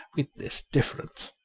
with this difference,